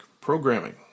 Programming